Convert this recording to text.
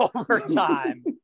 Overtime